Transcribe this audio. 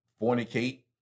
fornicate